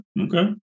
okay